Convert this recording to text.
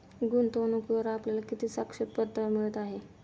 गुंतवणूकीवर आपल्याला किती सापेक्ष परतावा मिळत आहे?